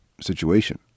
situation